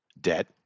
Debt